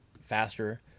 faster